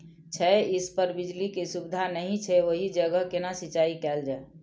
छै इस पर बिजली के सुविधा नहिं छै ओहि जगह केना सिंचाई कायल जाय?